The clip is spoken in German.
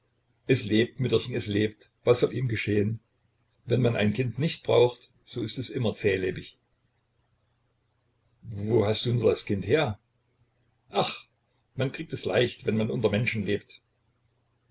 es lebt mütterchen es lebt was soll ihm geschehen wenn man ein kind nicht braucht so ist es immer zählebig wo hast du nur das kind her ach man kriegt es leicht wenn man unter menschen lebt